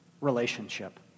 relationship